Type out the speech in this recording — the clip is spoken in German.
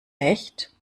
recht